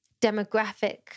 demographic